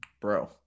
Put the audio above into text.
bro